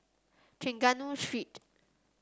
Trengganu Street